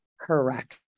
Correct